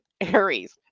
Aries